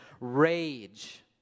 rage